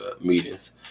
meetings